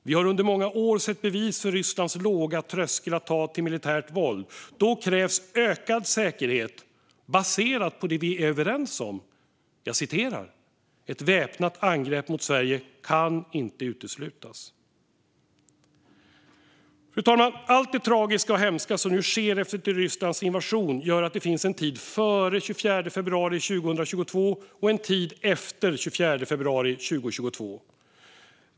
Vi har under många år sett bevis för Rysslands låga tröskel för att ta till militärt våld. Då krävs ökad säkerhet baserat på det vi är överens om: "Ett väpnat angrepp mot Sverige kan inte uteslutas". Fru talman! Allt det tragiska och hemska som nu sker efter Rysslands invasion gör att det finns en tid före den 24 februari 2022 och en tid efter den 24 februari 2022.